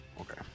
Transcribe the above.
Okay